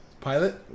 Pilot